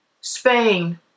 Spain